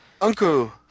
Uncle